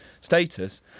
status